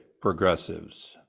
progressives